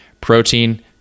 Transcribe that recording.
protein